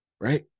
right